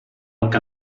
que